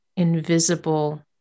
invisible